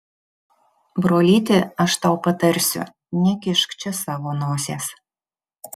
brolyti aš tau patarsiu nekišk čia savo nosies